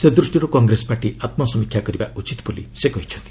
ସେ ଦୃଷ୍ଟିରୁ କଂଗ୍ରେସ ପାର୍ଟି ଆତ୍କସମୀକ୍ଷା କରିବା ଉଚିତ ବୋଲି ସେ କହିଛନ୍ତି